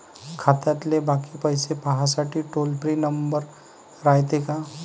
खात्यातले बाकी पैसे पाहासाठी टोल फ्री नंबर रायते का?